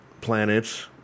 planets